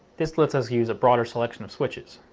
this lets us use a broader selection of switches.